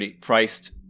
priced